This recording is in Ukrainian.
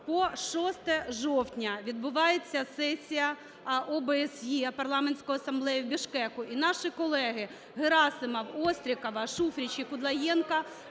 по 6 жовтня відбувається сесія ОБСЄ, Парламентська асамблея в Бішкеку, і наші колеги Герасимов, Острікова, Шуфрич і Кудлаєнко